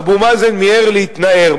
אבו מאזן מיהר להתנער.